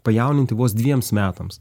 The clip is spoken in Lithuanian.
pajauninti vos dviems metams